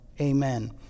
Amen